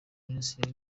minisitiri